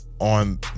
on